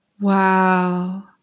Wow